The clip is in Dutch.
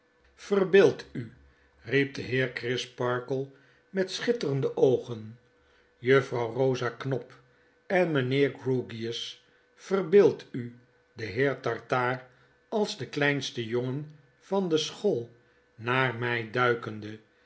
verbeeldt u riep de heer crisparkle met schitterende oogen juffrouw rosa knop en mgnheer grewgious verbeeldt u den heer tartaar als de kleinste jongen van de school naar mg duikende